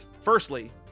Firstly